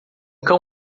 cão